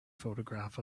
photograph